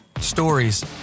Stories